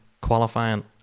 qualifying